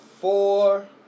four